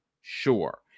sure